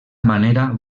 manera